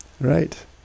Right